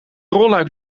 rolluik